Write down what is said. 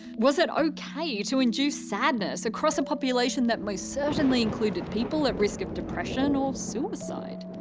was it ok to induce sadness across a population that most certainly included people at risk of depression or suicide?